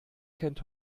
kennt